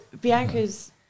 Bianca's